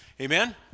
Amen